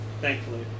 Thankfully